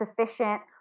sufficient